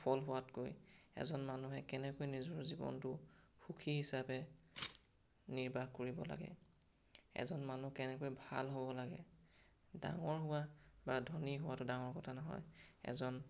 সফল হোৱাতকৈ এজন মানুহে কেনেকৈ নিজৰ জীৱনটো সুখী হিচাপে নিৰ্বাহ কৰিব লাগে এজন মানুহ কেনেকৈ ভাল হ'ব লাগে ডাঙৰ হোৱা বা ধনী হোৱাটো ডাঙৰ কথা নহয় এজন